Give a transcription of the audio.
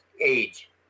age